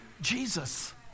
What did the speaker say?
Jesus